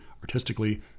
artistically